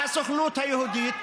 הסוכנות היהודית,